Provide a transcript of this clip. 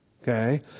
Okay